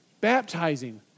Baptizing